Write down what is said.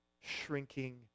shrinking